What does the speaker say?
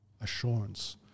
assurance